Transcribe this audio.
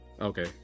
Okay